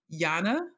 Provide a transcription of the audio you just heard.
yana